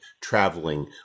traveling